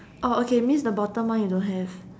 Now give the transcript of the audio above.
oh okay means the bottom one you don't have